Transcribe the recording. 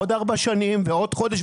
עוד ארבע שנים ועוד חודש,